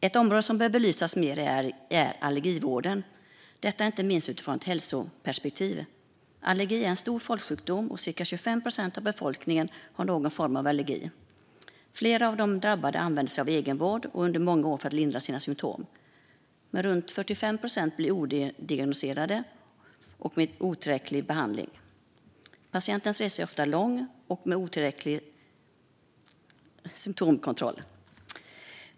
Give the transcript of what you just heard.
Ett område som bör belysas mer är allergivården, inte minst utifrån ett hälsoperspektiv. Allergi är en stor folksjukdom; cirka 25 procent av befolkningen har någon form av allergi. Flera av de drabbade använder sig av egenvård under många år för att lindra sina symtom. Men runt 45 procent förblir odiagnostiserade och får otillräcklig behandling. Patientens resa är ofta lång, med otillräcklig symtomkontroll.